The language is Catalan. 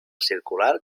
circular